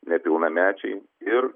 nepilnamečiai ir